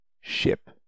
Ship